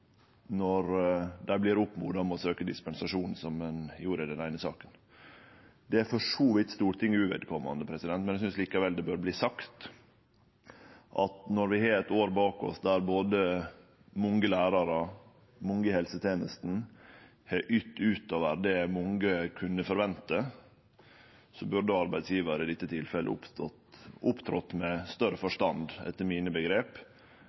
når dei vert oppmoda om å søkje dispensasjon, slik ein gjorde i den eine saka. Det er for så vidt Stortinget uvedkomande, men eg synest likevel det bør verte sagt at når vi har eit år bak oss der både mange lærarar og mange i helsetenesta har ytt utover det mange kunne forvente, burde etter mine omgrep arbeidsgjevar i dette tilfellet opptredd med større